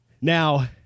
Now